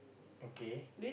okay